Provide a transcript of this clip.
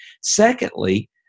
Secondly